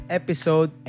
episode